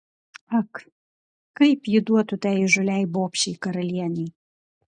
ak kaip ji duotų tai įžūliai bobšei karalienei